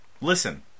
Listen